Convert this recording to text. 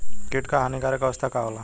कीट क हानिकारक अवस्था का होला?